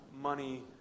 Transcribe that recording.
money